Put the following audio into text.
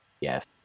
Yes